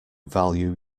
value